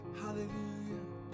hallelujah